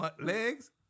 legs